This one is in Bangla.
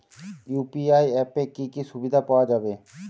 ইউ.পি.আই অ্যাপে কি কি সুবিধা পাওয়া যাবে?